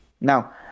Now